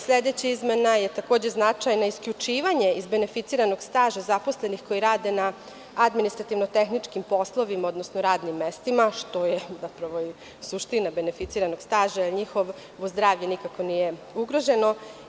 Sledeća izmena je takođe značajna, isključivanje iz beneficiranog staža zaposlenog koji rade na administrativno-tehničkim poslovima, odnosno radnim mestima, što je zapravo suština beneficiranog staža, jer njihovo zdravlje nikako nije ugroženo.